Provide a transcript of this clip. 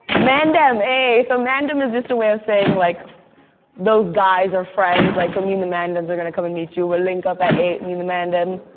mandem, ah. so mandem is just a way of saying like those guys are friends. like so me and the mandems are gonna come and meet you, we'll link up at eight, me and the mandem.